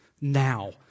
Now